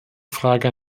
frage